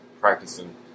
practicing